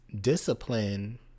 discipline